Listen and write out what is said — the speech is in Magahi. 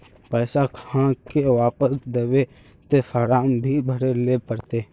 पैसा आहाँ के वापस दबे ते फारम भी भरें ले पड़ते?